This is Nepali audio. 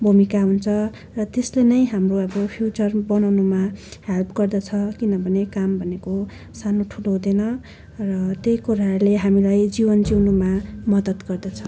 भूमिका हुन्छ र त्यस्तो नै हाम्रो अब फ्युचर बनाउनुमा हेल्प गर्दछ किनभने काम भनेको सानो ठुलो हुँदैन र त्यही कुराहरूले हामीलाई जीवन जिउनुमा मद्दत गर्दछ